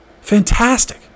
Fantastic